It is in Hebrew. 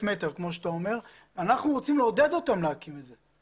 מטר אנחנו רוצים לעודד אותם להקים את זה.